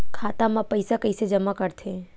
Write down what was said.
खाता म पईसा कइसे जमा करथे?